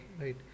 right